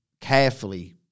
carefully